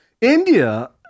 India